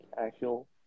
actual